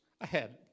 ahead